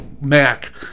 Mac